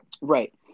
right